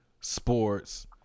sports